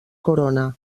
corona